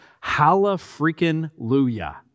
Hallelujah